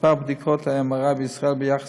מספר בדיקות ה-MRI בישראל ביחס